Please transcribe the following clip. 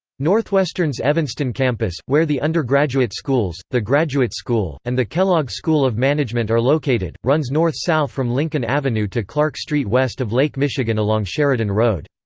northwestern's evanston campus, where the undergraduate schools, the graduate school, and the kellogg school of management are located, runs north-south from lincoln avenue to clark street west of lake michigan along sheridan road.